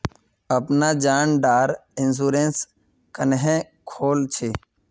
अपना जान डार इंश्योरेंस क्नेहे खोल छी?